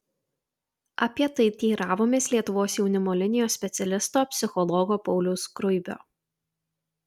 apie tai teiravomės lietuvos jaunimo linijos specialisto psichologo pauliaus skruibio